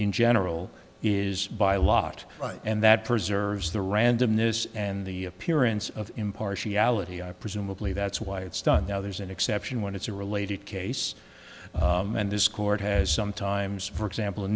in general is by a lot and that preserves the randomness and the appearance of impartiality presumably that's why it's done now there's an exception when it's a related case and this court has sometimes for example